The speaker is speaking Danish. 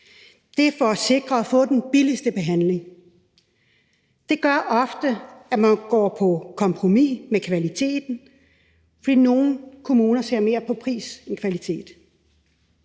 Det er for at sikre at få den billigste behandling. Det gør ofte, at man går på kompromis med kvaliteten, fordi nogle kommuner ser mere på pris end på kvalitet.